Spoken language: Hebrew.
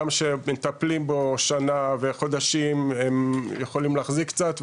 גם שמטפלים בו שנה וחודשים הם יכולים להחזיק קצת,